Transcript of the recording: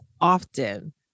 often